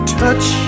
touch